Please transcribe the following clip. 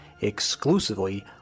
exclusively